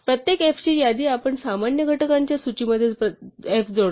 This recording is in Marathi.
प्रत्येक f ची यादी आपण सामान्य घटकांच्या सूचीमध्ये f जोडतो